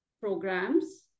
programs